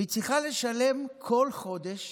והיא צריכה לשלם כל חודש